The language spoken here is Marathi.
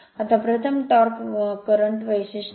आता प्रथम टॉर्क वर्तमान वैशिष्ट्य आहे